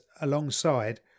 alongside